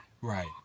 Right